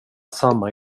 samma